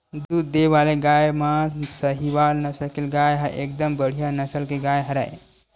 दूद देय वाले गाय म सहीवाल नसल के गाय ह एकदम बड़िहा नसल के गाय हरय